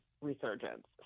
resurgence